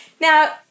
Now